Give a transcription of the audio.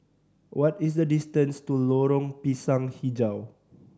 what is the distance to Lorong Pisang Hijau